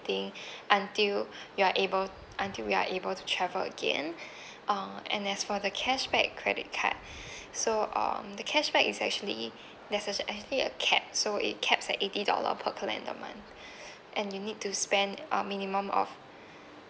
~ting until you're able until you are able to travel again uh and as for the cashback credit card so um the cashback is actually there's actually a cap so it caps at eighty dollar per calendar month and you need to spend uh minimum of